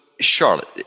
Charlotte